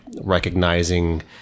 recognizing